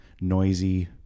noisy